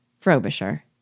Frobisher